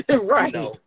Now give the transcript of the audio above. Right